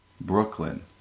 Brooklyn